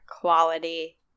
quality